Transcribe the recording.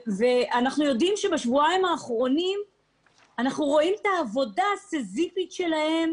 בשבועיים האחרונים אנחנו רואים את העבודה הסיזיפית שלהם,